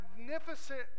magnificent